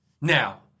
Now